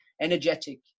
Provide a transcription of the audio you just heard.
energetic